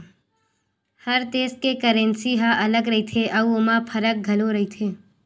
हर देस के करेंसी ह अलगे रहिथे अउ ओमा फरक घलो रहिथे